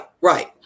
right